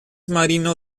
marino